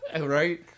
Right